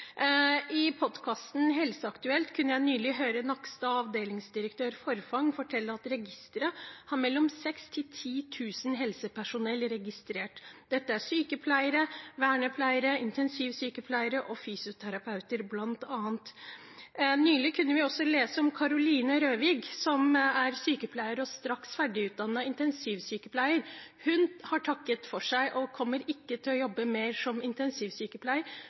I podkasten Helseaktuelt kunne jeg nylig høre Nakstad og avdelingsdirektør Forfang fortelle at registeret har mellom 6 000 og 10 000 helsearbeidere registrert. Dette er bl.a sykepleiere, vernepleiere, intensivsykepleiere og fysioterapeuter. Nylig kunne vi også lese om Karoline Røvig, som er sykepleier og straks ferdigutdannet intensivsykepleier. Hun har takket for seg og kommer ikke til å jobbe mer som